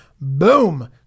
boom